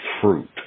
fruit